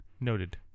Noted